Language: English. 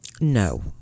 No